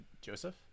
Joseph